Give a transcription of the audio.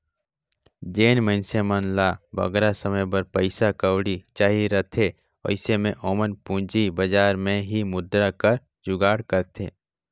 जेन मइनसे मन ल बगरा समे बर पइसा कउड़ी चाहिए रहथे अइसे में ओमन पूंजी बजार में ही मुद्रा कर जुगाड़ करथे